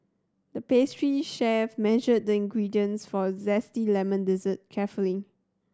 the pastry chef measured the ingredients for a zesty lemon dessert carefully